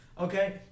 okay